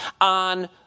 on